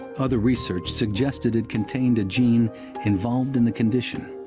other research suggested it contained a gene involved in the condition.